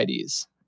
IDs